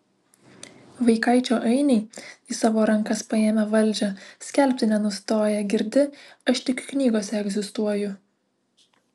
vaikaičio ainiai į savo rankas paėmę valdžią skelbti nenustoja girdi aš tik knygose egzistuoju